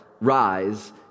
rise